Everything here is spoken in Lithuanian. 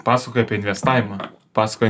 pasakoja apie investavimą pasakoja